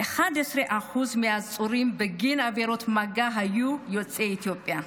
11% מהעצורים בגין עבירות מגע היו יוצאי אתיופיה.